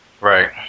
Right